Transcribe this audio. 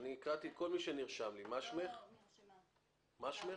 מי רוצה להתחיל?